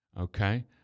Okay